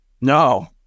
No